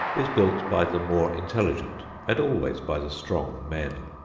is built by the more intelligent and always by the strong men.